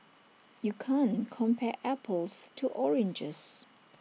you can't compare apples to oranges